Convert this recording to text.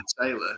Taylor